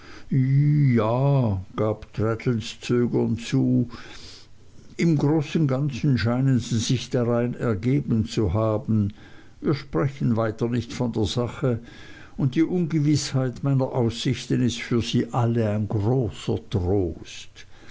ja gab traddles zögernd zu im großen ganzen scheinen sie sich darein ergeben zu haben wir sprechen weiter nicht von der sache und die ungewißheit meiner aussichten ist für sie alle ein großer trost